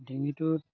ডিঙিটোত